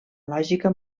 lògica